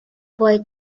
boy